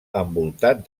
envoltat